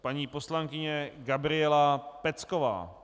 Paní poslankyně Gabriela Pecková.